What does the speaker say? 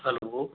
hello